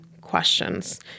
questions